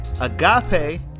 agape